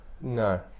No